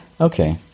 Okay